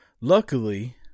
Luckily